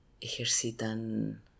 ejercitan